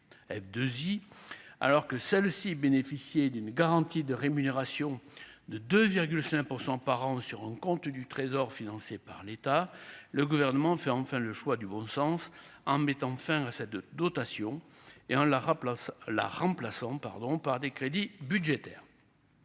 J. alors que celle-ci, bénéficier d'une garantie de rémunération de 2,5 % par an sur un compte du Trésor, financé par l'État, le gouvernement faire enfin le choix du bon sens en mettant fin à cette de dotation et en la remplace la remplaçante pardon par des crédits budgétaires,